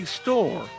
store